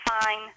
fine